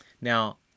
Now